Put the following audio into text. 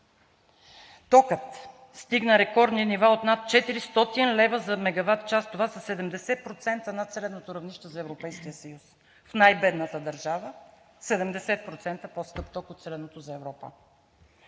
Токът стигна рекордни нива от над 400 лв. за мегават час. Това са 70% над средното равнище за Европейския съюз – в най-бедната държава 70% по-скъп ток от средното за Европа.